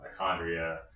mitochondria